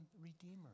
redeemer